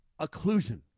occlusion